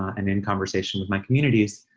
and in conversation with my communities.